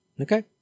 Okay